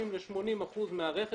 בין 60 ל-80 אחוזים מהרכש,